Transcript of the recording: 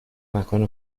مکان